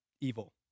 evil